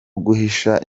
guhisha